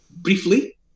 briefly